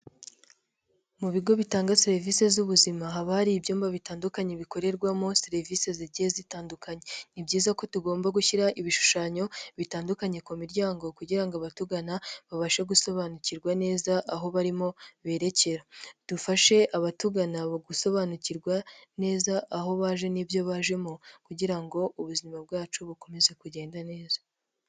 Mu bigo bitanga serivisi z'ubuzima haba hari ibyumba bitandukanye bikorerwamo serivisi zigiye zitandukanye ni byiza ko tugomba gushyira ibishushanyo bitandukanye ku miryango kugira abatugana babashe gusobanukirwa neza aho barimo berekera. dufashe abatugana gusobanukirwa neza aho baje n'ibyo bajemo kugira ngo ubuzima bwacu bukomeze kugenda neza.